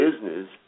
business